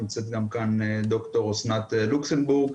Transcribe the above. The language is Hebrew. נמצאת כאן גם ד"ר אסנת לוקסנבורג.